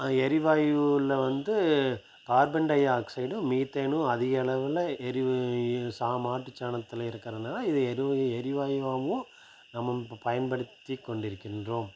அது எரிவாயுவில் வந்து கார்பன் டை ஆக்சைடும் மீத்தேனும் அதிக அளவில் எரிவு சா மாட்டுச் சாணத்தில் இருக்கிறனால இது எரிவு எரிவாயுவாகவும் நம்ம இப்போ பயன்படுத்தி கொண்டிருக்கின்றோம்